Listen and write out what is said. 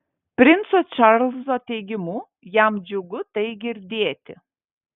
princo čarlzo teigimu jam džiugu tai girdėti